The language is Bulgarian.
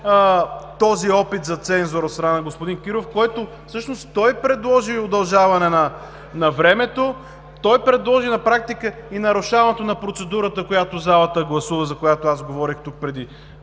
този опит за цензура от страна на господин Кирилов. Той всъщност предложи удължаване на времето, той предложи на практика и нарушаването на процедурата, която залата гласува, за която аз говорех тук преди